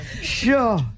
Sure